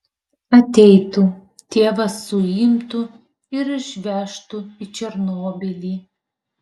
ateitų tėvas suimtų ir išvežtų į černobylį